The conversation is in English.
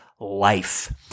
life